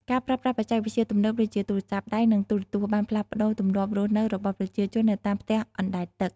ការប្រើប្រាស់បច្ចេកវិទ្យាទំនើបដូចជា ទូរសព្ទដៃ និងទូរទស្សន៍ បានផ្លាស់ប្តូរទម្លាប់រស់នៅរបស់ប្រជាជននៅតាមផ្ទះអណ្ដែតទឹក។